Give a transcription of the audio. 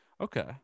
Okay